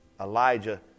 Elijah